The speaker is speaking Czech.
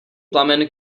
plamen